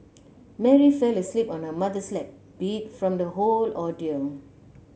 Mary fell asleep on her mother's lap beat from the whole ordeal